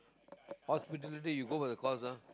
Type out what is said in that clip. hospitality you go for the course ah